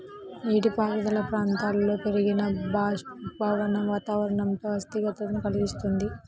నీటిపారుదల ప్రాంతాలలో పెరిగిన బాష్పీభవనం వాతావరణంలో అస్థిరతను కలిగిస్తుంది